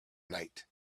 night